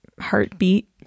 heartbeat